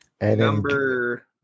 Number